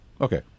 Okay